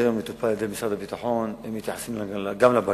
משרד הפנים לא מנצל את תקציבי התכנון והפיתוח